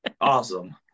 awesome